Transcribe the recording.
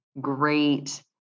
great